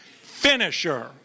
finisher